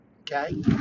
okay